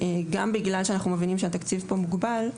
גם בגלל שאנחנו מבינים שהתקציב כאן מוגבל,